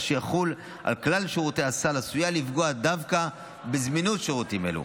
שיחול על כלל שירותי הסל עשויה לפגוע דווקא בזמינות שירותים אלו.